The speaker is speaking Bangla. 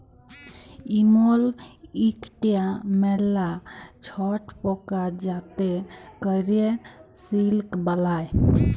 ইমল ইকটা ম্যালা ছট পকা যাতে ক্যরে সিল্ক বালাই